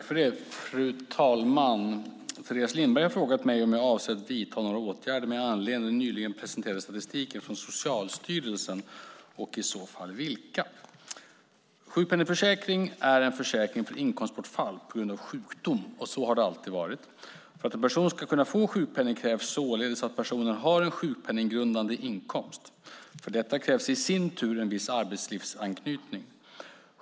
Fru talman! Teres Lindberg har frågat mig om jag avser att vidta några åtgärder med anledning av den nyligen presenterade statistiken från Socialstyrelsen och i så fall vilka. Sjukpenningförsäkring är en försäkring för inkomstbortfall på grund av sjukdom, och så har det alltid varit. För att en person ska kunna få sjukpenning krävs således att personen har en sjukpenninggrundande inkomst. För detta krävs i sin tur en viss arbetslivsanknytning.